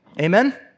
Amen